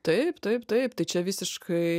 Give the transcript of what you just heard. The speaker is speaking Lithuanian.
taip taip taip tai čia visiškai